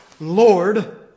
Lord